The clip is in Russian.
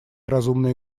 разумные